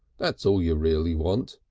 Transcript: that's all you really want.